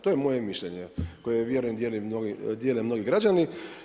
To je moje mišljenje koje vjerujem dijele mnogi građani.